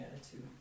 attitude